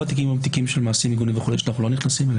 התיקים הם של מעשים מגונים ואנו לא נכנסים אליהם.